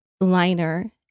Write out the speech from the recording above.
liner